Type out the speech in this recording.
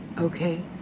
okay